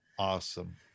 Awesome